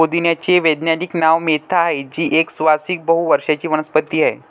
पुदिन्याचे वैज्ञानिक नाव मेंथा आहे, जी एक सुवासिक बहु वर्षाची वनस्पती आहे